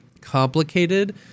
complicated